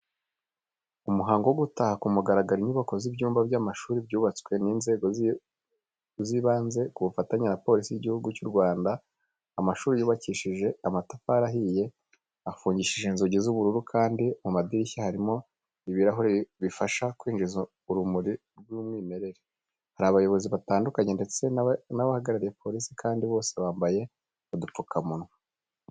Umuhango wo gutaha ku mugaragaro inyubako z'ibyumba by'amashuri byubatswe n'inzego z'ibanze ku bufatanye na Polisi y'Igihugu cy'u Rwanda. Amashuri yubakishije amatafari ahiye, afungishije inzugi z'ubururu kandi mu madirishya harimo ibirahure bifasha kwinjiza urumuri rw'umwimerere. Hari abayobozi batandukanye ndetse n'abahagarariye polisi kandi bose bambaye udupfukamunwa.